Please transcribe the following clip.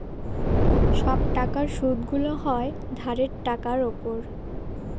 সব টাকার সুদগুলো হয় ধারের টাকার উপর